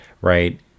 right